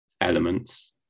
elements